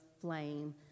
flame